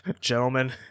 Gentlemen